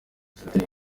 senateri